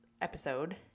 episode